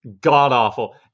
God-awful